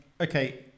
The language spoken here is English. Okay